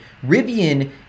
Rivian